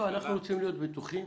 אנחנו רוצים להיות בטוחים.